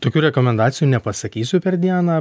tokių rekomendacijų nepasakysiu per dieną